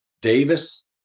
Davis